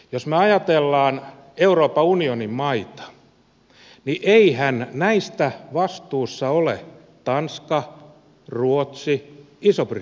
jos me ajattelemme euroopan unionin maita niin eiväthän näistä vastuussa ole tanska ruotsi iso britannia